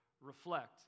reflect